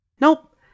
Nope